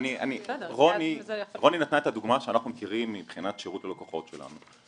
רוני נתנה את הדוגמה שאנחנו מכירים מבחינת שירות הלקוחות שלנו.